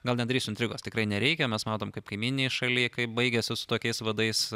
gal nedarysiu intrigos tikrai nereikia mes matom kaip kaimyninėj šaly kaip baigėsi su tokiais vadais